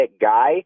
guy